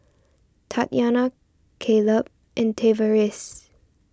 Tatyanna Kaleb and Tavaris